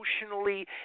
emotionally